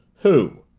who?